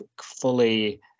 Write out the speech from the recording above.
fully